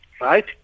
right